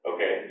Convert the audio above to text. Okay